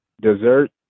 dessert